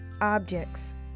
objects